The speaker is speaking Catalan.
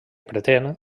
pretén